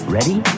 Ready